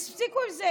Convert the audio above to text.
והפסיקו עם זה.